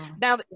now